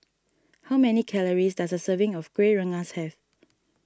how many calories does a serving of Kueh Rengas have